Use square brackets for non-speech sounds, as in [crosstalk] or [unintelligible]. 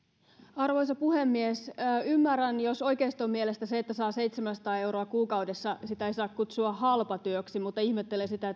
arvoisa puhemies ymmärrän jos oikeiston mielestä sitä että saa seitsemänsataa euroa kuukaudessa ei saa kutsua halpatyöksi mutta ihmettelen sitä [unintelligible]